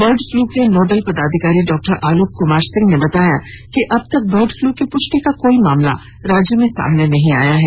bird flu के nodal पदाधिकारी डा आलोक क्मार सिंह ने बताया कि अब तक बर्ड फ्लू की पुष्टि का कोई मामला राज्य में सामने नहीं आया है